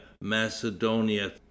Macedonia